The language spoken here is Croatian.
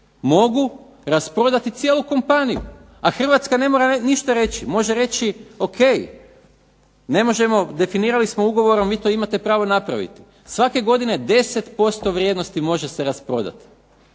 mogu rasprodati cijelu kompaniju, a Hrvatska ne mora ništa reći, može reći ok, ne možemo, definirali smo ugovorom, vi to imate pravo napraviti. Svake godine 10% vrijednosti može se rasprodati